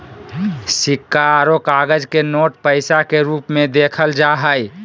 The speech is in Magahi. सिक्का आरो कागज के नोट पैसा के रूप मे देखल जा हय